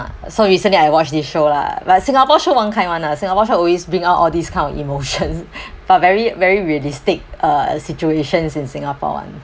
ah so recently I watch this show lah but singapore show one kind [one] ah singapore show always bring out all these kind of emotion but very very realistic uh situations in singapore [one]